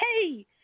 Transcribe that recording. hey